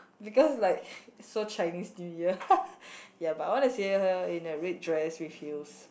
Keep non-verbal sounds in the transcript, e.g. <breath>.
because like <breath> so Chinese New Year <laughs> ya but I want to see her in a red dress with heels